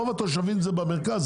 רוב התושבים זה במרכז,